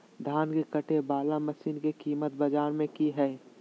धान के कटे बाला मसीन के कीमत बाजार में की हाय?